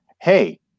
Hey